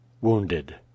Wounded